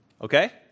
okay